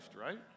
right